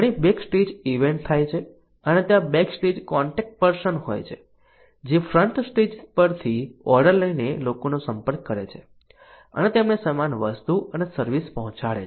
ઘણી backstage events થાય છે અને ત્યાં બેકસ્ટેજ કોન્ટેક્ટ પર્સન હોય છે જે ફ્રન્ટ સ્ટેજ પરથી ઓર્ડર લઈને લોકોનો સંપર્ક કરે છે અને તેમને સામાન વસ્તુ અને સર્વિસ પહોંચાડે છે